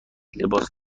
لباس